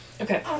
Okay